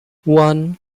one